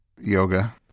yoga